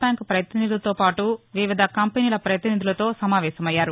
bank పతినిధులతో పాటు వివిధ కంపెనీల పతినిధులతో సమావేశమయ్యారు